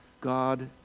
God